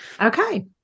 Okay